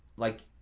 like,